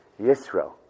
Yisro